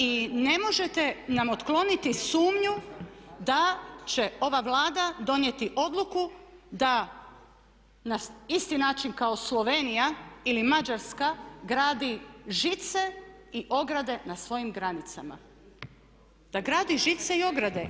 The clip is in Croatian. I ne možete nam otkloniti sumnju da će ova Vlada donijeti odluku da na isti način kao Slovenija ili Mađarska gradi žice i ograde na svojim granicama, da gradi žice i ograde.